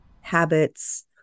habits